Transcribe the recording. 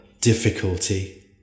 difficulty